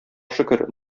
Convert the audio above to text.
шөкер